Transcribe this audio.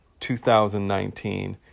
2019